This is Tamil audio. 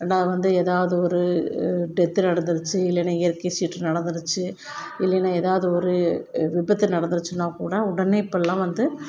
நான் வந்து ஏதாவது ஒரு டெத்து நடந்துருச்சு இல்லைன்னா இயற்கை சீற்றம் நடந்துருச்சு இல்லைன்னா எதாவது ஒரு விபத்து நடந்துருச்சுன்னா கூட உடனே இப்போல்லாம் வந்து